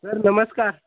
sir नमस्कार